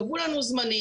קבעו לנו זמנים,